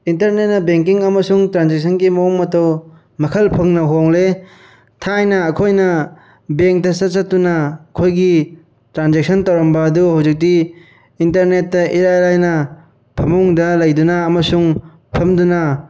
ꯏꯟꯇꯔꯅꯦꯠꯅ banking ꯑꯃꯁꯨꯡ ꯇ꯭ꯔꯥꯟꯖꯦꯛꯁꯟꯒꯤ ꯃꯑꯣꯡ ꯃꯇꯧ ꯃꯈꯜ ꯐꯪꯅ ꯍꯣꯡꯂꯦ ꯊꯥꯏꯅ ꯑꯩꯈꯣꯏꯅ ꯕꯦꯡꯇ ꯆꯠ ꯆꯠꯇꯨꯅ ꯑꯩꯈꯣꯏꯒꯤ ꯇ꯭ꯔꯥꯟꯖꯦꯛꯁꯟ ꯇꯧꯔꯃꯕ ꯑꯗꯨ ꯍꯧꯖꯤꯛꯇꯤ ꯏꯟꯇꯔꯅꯦꯠꯇ ꯏꯔꯥꯏ ꯂꯥꯏꯅ ꯐꯃꯨꯡꯗ ꯂꯩꯗꯨꯅ ꯑꯃꯁꯨꯡ ꯐꯝꯗꯨꯅ